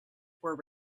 were